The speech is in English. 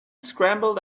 scrambled